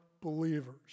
believers